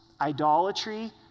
idolatry